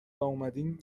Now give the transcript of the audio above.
واومدین